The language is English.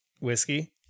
Whiskey